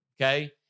okay